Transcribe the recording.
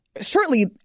Shortly